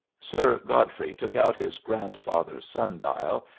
sir godfrey took out his grandfather's sun-dial,